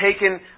taken